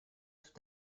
tout